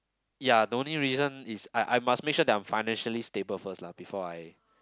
ya the only reason is I I must make sure that I'm financially stable first lah before I